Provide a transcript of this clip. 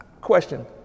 Question